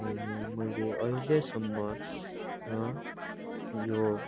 अनि मैले अहिलेसम्म यो